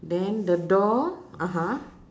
then the door (uh huh)